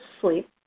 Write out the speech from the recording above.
sleep